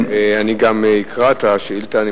אני גם אקרא את השאילתא.